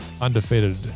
undefeated